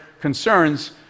concerns